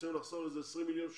רוצים לחסוך 20 מיליון שקלים,